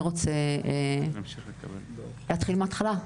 רוצה להתחיל מהתחלה.